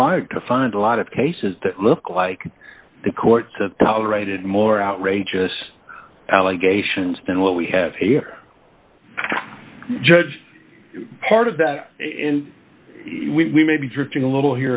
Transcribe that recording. not to find a lot of cases that look like the court to tolerate it more outrageous allegations than what we have here judge part of that we may be drifting a little